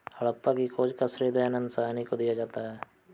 हड़प्पा की खोज का श्रेय दयानन्द साहनी को दिया जाता है